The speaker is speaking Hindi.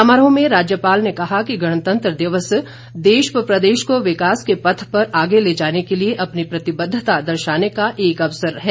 समारोह में राज्यपाल ने कहा कि गणतंत्र दिवस देश व प्रदेश को विकास के पथ पर आगे ले जाने के लिए अपनी प्रतिबद्धता दर्शाने का एक अवसर पर है